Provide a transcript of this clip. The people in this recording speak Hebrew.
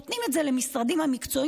נותנים את זה למשרדים המקצועיים,